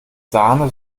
sahne